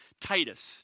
Titus